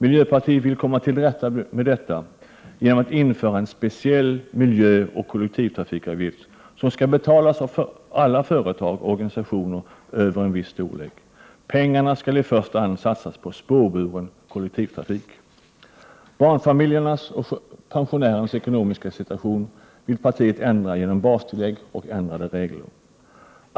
Miljöpartiet vill komma till rätta med detta genom att införa en speciell miljöoch kollektivtrafikavgift, som skall betalas av alla företag och organisationer över en viss storlek. Pengarna skall i första hand satsas på spårburen kollektivtrafik. Barnfamiljernas och pensionärernas ekonomiska situation vill partiet ändra genom bastillägg och ändrade regler.